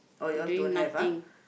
doing nothing